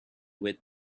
with